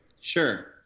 Sure